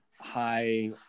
high